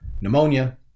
pneumonia